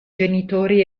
genitori